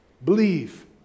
Believe